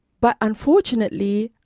but, unfortunately,